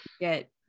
Get